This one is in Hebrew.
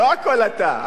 לא הכול אתה.